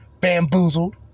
bamboozled